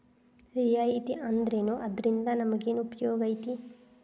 ರಿಯಾಯಿತಿ ಅಂದ್ರೇನು ಅದ್ರಿಂದಾ ನಮಗೆನ್ ಉಪಯೊಗೈತಿ?